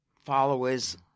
followers